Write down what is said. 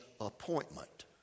appointment